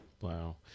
Wow